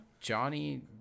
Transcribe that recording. Johnny